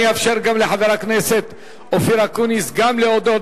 אני אאפשר גם לחבר הכנסת אופיר אקוניס להודות,